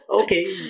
okay